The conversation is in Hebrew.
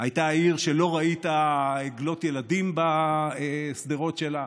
והייתה עיר שלא ראית עגלות ילדים בשדרות שלה,